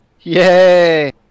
Yay